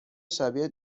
شبیه